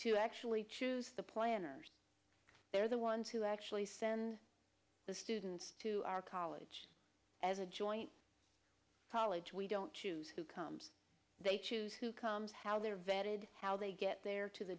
to actually choose the planners they're the ones who actually send the students to our college as a joint college we don't choose who comes they choose who comes how they're vetted how they get there to the